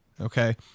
Okay